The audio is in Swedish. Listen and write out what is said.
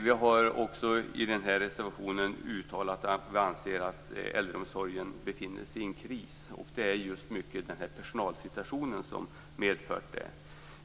Vi har i denna reservation även uttalat att vi anser att äldreomsorgen befinner sig i en kris. Det är i stor utsträckning denna personalsituation som har medfört det.